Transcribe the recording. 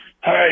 Hey